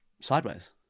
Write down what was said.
sideways